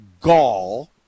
gall